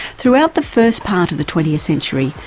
throughout the first part of the twentieth century,